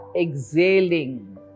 exhaling